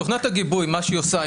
תוכנת הגיבוי מה שהיא עושה,